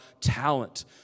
talent